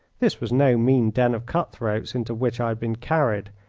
this was no mean den of cut-throats into which i had been carried,